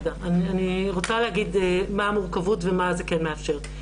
אני רוצה להגיד מה המורכבות ומה זה כן מאפשר.